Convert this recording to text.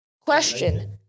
Question